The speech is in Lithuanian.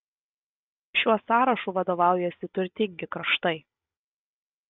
šiuo sąrašu vadovaujasi turtingi kraštai